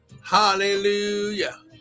hallelujah